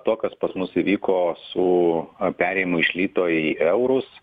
to kas pas mus įvyko su perėjimu iš lito į eurus